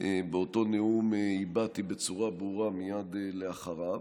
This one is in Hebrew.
באותו נאום הבעתי בצורה ברורה מייד אחריו,